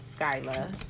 Skyla